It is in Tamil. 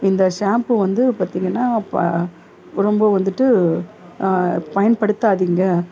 இந்த ஷாம்பு வந்து பார்த்திங்கன்னா இப்போ ரொம்ப வந்துவிட்டு பயன்படுத்தாதீங்க